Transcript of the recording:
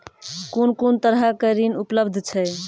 कून कून तरहक ऋण उपलब्ध छै?